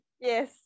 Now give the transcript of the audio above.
Yes